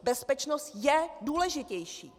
Bezpečnost je důležitější.